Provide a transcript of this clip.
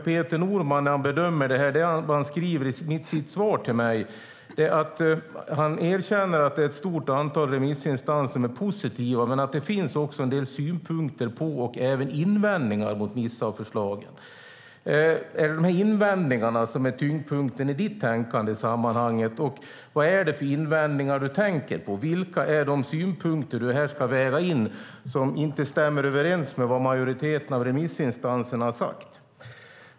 Peter Norman skriver i sitt svar till mig att han erkänner att det är ett stort antal remissinstanser som är positiva men att det också finns en del synpunkter på och även invändningar mot vissa av förslagen. Ligger tyngdpunkten i ditt tänkande i det här sammanhanget på invändningarna, och vad är det för invändningar du tänker på? Vilka är de synpunkter som du här ska väva in som inte stämmer överens med vad majoriteten av remissinstanserna har sagt?